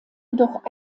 jedoch